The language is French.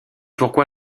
pourquoi